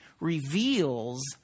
reveals